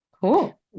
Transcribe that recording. Cool